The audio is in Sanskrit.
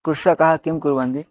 कृषकाः किं कुर्वन्ति